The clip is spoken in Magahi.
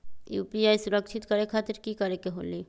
यू.पी.आई सुरक्षित करे खातिर कि करे के होलि?